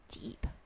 deep